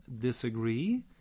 disagree